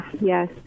yes